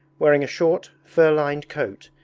wearing a short, fur-lined coat,